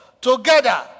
together